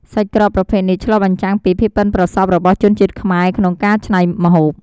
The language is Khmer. សាច់ក្រកប្រភេទនេះឆ្លុះបញ្ចាំងពី ភាពប៉ិនប្រសប់ របស់ជនជាតិខ្មែរក្នុងការច្នៃម្ហូប។